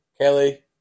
Kelly